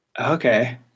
Okay